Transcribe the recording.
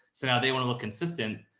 so now they want to look consistent.